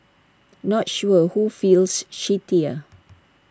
not sure who feels shittier